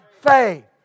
faith